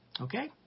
Okay